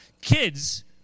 kids